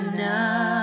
now